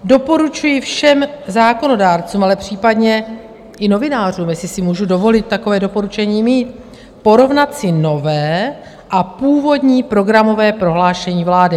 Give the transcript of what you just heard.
Doporučuji všem zákonodárcům, ale případně i novinářům, jestli si můžu dovolit takové doporučení mít, porovnat si nové a původní programové prohlášení vlády.